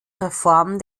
reform